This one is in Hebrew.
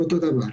אותו דבר,